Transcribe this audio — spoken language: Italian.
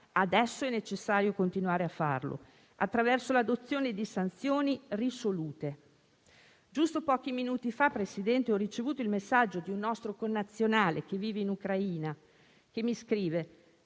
adesso è necessario continuare a farlo attraverso l'adozione di sanzioni risolute. Pochi minuti fa, signor Presidente, ho ricevuto il messaggio di un nostro connazionale che vive in Ucraina, che mi scrive